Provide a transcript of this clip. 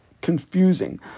confusing